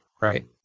Right